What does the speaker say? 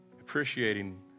appreciating